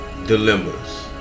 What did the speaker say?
dilemmas